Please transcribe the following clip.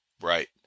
Right